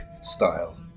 style